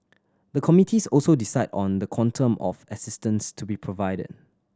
the committees also decide on the quantum of assistance to be provided